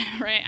right